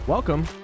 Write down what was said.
Welcome